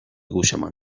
گوشمان